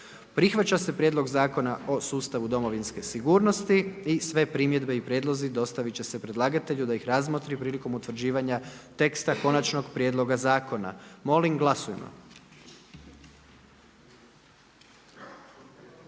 Prihvaća se Prijedlog Zakona o sigurnosnoj zaštiti pomorskih brodova i luka i sve primjedbe i prijedlozi dostaviti će se predlagatelju da ih razmotri prilikom utvrđivanja teksta konačnog prijedloga zakona. Molim uključite